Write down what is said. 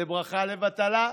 זאת ברכה לבטלה.